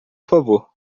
favor